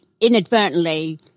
inadvertently